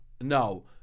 no